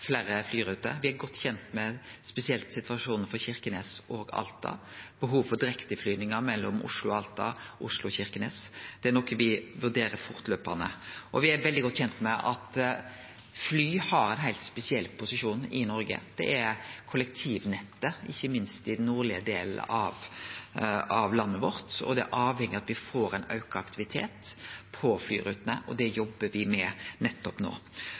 fleire flyruter. Me er godt kjende med spesielt situasjonen på Kirkenes og Alta og behovet for direkteflygingar mellom Oslo og Alta og Oslo og Kirkenes. Det er noko me vurderer fortløpande. Me er veldig godt kjende med at fly har ein heilt spesiell posisjon i Noreg. Det er kollektivnettet, ikkje minst i den nordlege delen av landet vårt, og det er avhengig av at me får ein auka aktivitet på flyrutene, og det jobbar me med